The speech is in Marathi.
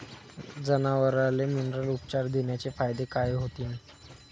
जनावराले मिनरल उपचार देण्याचे फायदे काय होतीन?